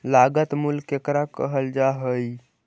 लागत मूल्य केकरा कहल जा हइ?